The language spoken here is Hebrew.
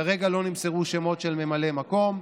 כרגע לא נמסרו שמות של ממלאי מקום,